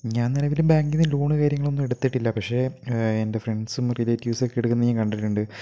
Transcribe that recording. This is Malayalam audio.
ഞാൻ നിലവിൽ ബാങ്കിൽ നിന്ന് ലോൺ കാര്യങ്ങളൊന്നും എടുത്തിട്ടില്ല പക്ഷേ എൻ്റെ ഫ്രണ്ട്സും റിലേറ്റീവ്സൊക്കെ എടുക്കുന്നത് ഞാൻ കണ്ടിട്ടുണ്ട്